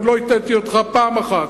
עוד לא הטעיתי אותך פעם אחת.